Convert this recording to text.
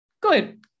good